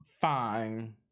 Fine